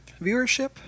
Viewership